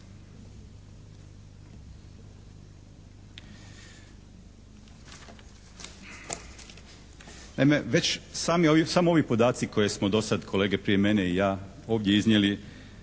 Naime već samo ovi podaci koje smo do sad kolege prije mene i ja ovdje iznijeli